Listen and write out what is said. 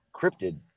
cryptid